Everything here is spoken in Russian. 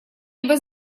либо